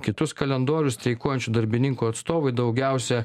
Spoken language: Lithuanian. kitus kalendorius streikuojančių darbininkų atstovai daugiausia